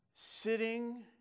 sitting